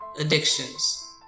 addictions